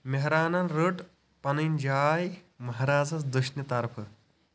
مہرانن رٔٹ پنٕنۍ جاے مہرازَس دۄچھنہِ طرفہٕ